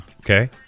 Okay